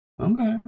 okay